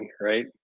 right